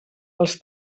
els